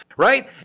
Right